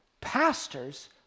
Pastors